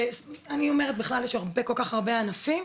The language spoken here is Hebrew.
אני אומרת בכלל, יש כל כך הרבה ענפים,